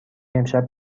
امشب